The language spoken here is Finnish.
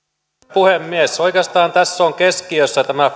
puhemies oikeastaan tässä on keskiössä tämä